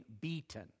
beaten